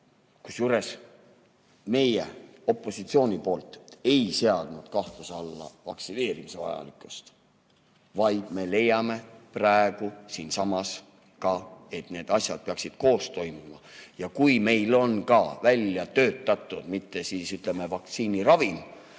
Kusjuures meie opositsiooni poolt ei ole seadnud kahtluse alla vaktsineerimise vajalikkust, vaid me leiame ka praegu, et need asjad peaksid koos toimuma. Kui meil on ka välja töötatud mitte, ütleme, vaktsiiniravim,